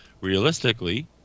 realistically